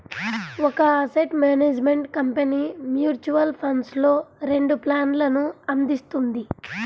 ఒక asset management company mutual ఫండ్స్లో రెండు ప్లాన్లను అందిస్తుంది